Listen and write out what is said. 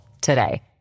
today